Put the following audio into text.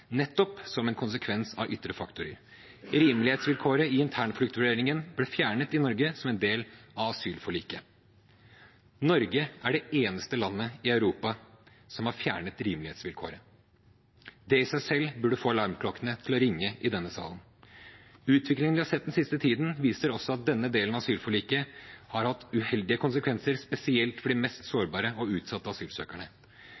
nettopp som en konsekvens av ytre faktorer. Rimelighetsvilkåret i internfluktvurderingen ble fjernet i Norge som en del av asylforliket. Norge er det eneste landet i Europa som har fjernet rimelighetsvilkåret. Det i seg selv burde få alarmklokkene til å ringe i denne salen. Utviklingen vi har sett den siste tiden, viser også at denne delen av asylforliket har hatt uheldige konsekvenser, spesielt for de mest